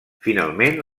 finalment